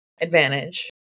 advantage